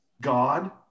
God